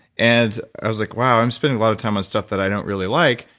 and i was like, wow, i'm spending a lot of time on stuff that i don't really like,